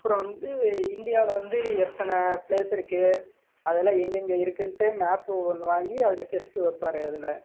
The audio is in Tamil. அப்புறம் வந்து இந்தியாவில் வந்து எத்தனை பிளேஸ் இருக்கு அதெல்லாம் எங்கெங்கே இருக்குன்ட்டு மேப்பு ஒன்று வாங்கி அதில் டெஸ்ட்டு வைப்பாரு அதில்